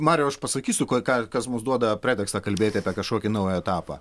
mariau aš pasakysiu kai ką kas mums duoda pretekstą kalbėti apie kažkokį naują etapą